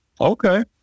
Okay